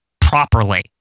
properly